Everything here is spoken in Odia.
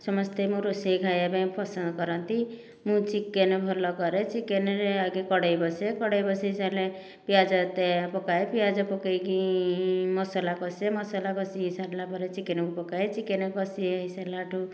ସମସ୍ତେ ମୋ ରୋଷେଇ ଖାଇବା ପାଇଁ ପସନ୍ଦ କରନ୍ତି ମୁଁ ଚିକେନ ଭଲ କରେ ଚିକେନରେ ଆଗେ କଢ଼ାଇ ବସେ କଢ଼ାଇ ବସାଇ ସାରିଲେ ପିଆଜ ଏତେ ପକାଏ ପିଆଜ ପକାଇକି ମସଲା କଷେ ମସଲା କଷି ସାରିଲା ପରେ ଚିକେନକୁ ପକାଏ ଚିକେନ କଷି ହୋଇ ସାରିଲାଠୁ